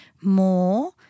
more